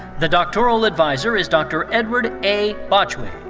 the doctoral adviser is dr. edward a. archway.